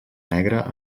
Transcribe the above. negra